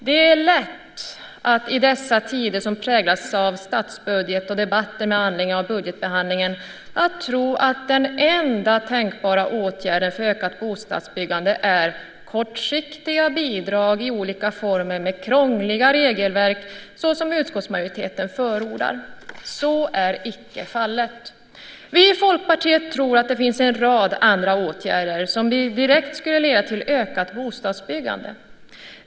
Det är lätt att i dessa tider, som präglas av statsbudgeten och debatter med anledning av budgetbehandlingen, tro att den enda tänkbara åtgärden för att öka bostadsbyggandet är kortsiktiga bidrag i olika former med krångliga regelverk, såsom utskottsmajoriteten förordar. Så är icke fallet. Vi i Folkpartiet tror att det finns en rad andra åtgärder som direkt skulle leda till ökat bostadsbyggande.